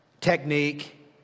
technique